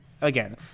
again